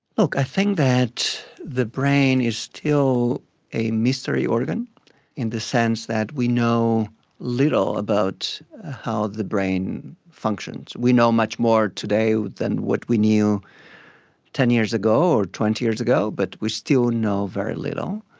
look, i think that the brain is still a mystery organ in the sense that we know little about how the brain functions. we know much more today than what we knew ten years ago or twenty years ago, but we still know very little.